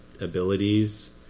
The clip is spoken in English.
abilities